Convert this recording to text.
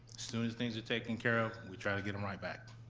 soon as things are taken care of, we try to get em right back.